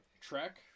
trek